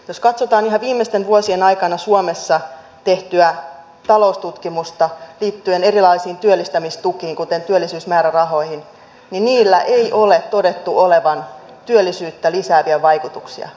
jos katsotaan ihan viimeisten vuosien aikana suomessa tehtyä taloustutkimusta liittyen erilaisiin työllistämistukiin kuten työllisyysmäärärahoihin niin niillä ei ole todettu olevan työllisyyttä lisääviä vaikutuksia